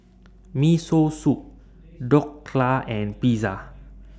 Miso Soup Dhokla and Pizza